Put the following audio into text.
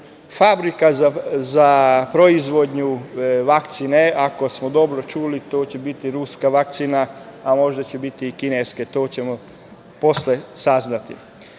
fabrika za proizvodnju vakcine, ako smo dobro čuli, to će biti ruska vakcina, a možda će biti i kineske, to ćemo posle saznati. Pored